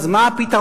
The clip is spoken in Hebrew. אז מה הפתרון?